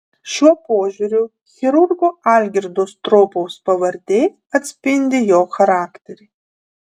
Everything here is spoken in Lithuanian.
šiuo požiūriu chirurgo algirdo stropaus pavardė atspindi jo charakterį